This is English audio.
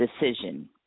decision